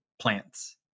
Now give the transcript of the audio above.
plants